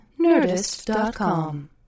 Nerdist.com